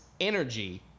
energy